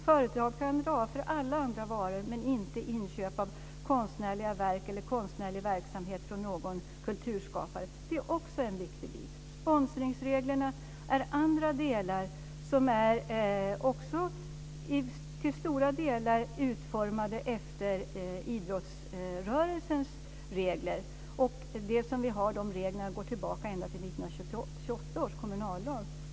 Företag kan dra av för alla andra varor men inte för inköp av konstnärliga verk eller för konstnärlig verksamhet från någon kulturskapare. Det är också en viktig bit. Sponsringsreglerna är andra delar som också till stora delar är utformade efter idrottsrörelsens regler. De regler vi har går tillbaka ända till 1928 års kommunallag.